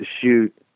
shoot